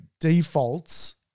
defaults